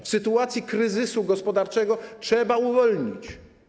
W sytuacji kryzysu gospodarczego trzeba to uwolnić.